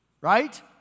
Right